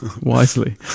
wisely